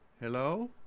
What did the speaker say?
Hello